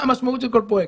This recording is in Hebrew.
מה המשמעות של כל פרויקט?